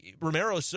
Romero